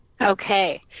Okay